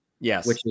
Yes